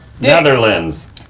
Netherlands